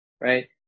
right